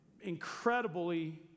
incredibly